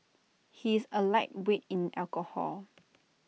he is A lightweight in alcohol